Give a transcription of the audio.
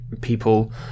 people